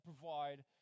provide